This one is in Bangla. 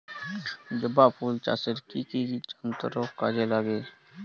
জবা ফুল চাষে কি কি যন্ত্র কাজে লাগে?